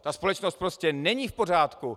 Ta společnost prostě není v pořádku.